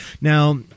Now